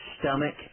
stomach